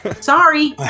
Sorry